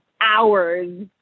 hours